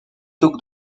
took